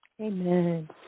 Amen